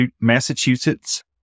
Massachusetts